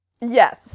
Yes